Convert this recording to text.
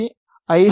C I